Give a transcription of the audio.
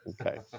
Okay